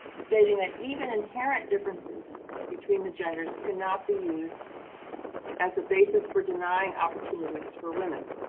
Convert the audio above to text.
stating that even inherent differences between the genders cannot be used as a basis for denying opportunities for women.